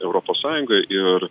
europos sąjungoj ir